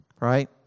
Right